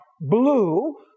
blue